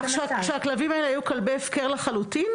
----- כשהכלבים האלה היו כלבי הפקר לחלוטין,